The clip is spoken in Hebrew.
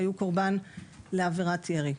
שהיו קורבן לעבירת ירי.